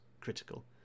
critical